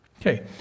Okay